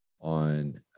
on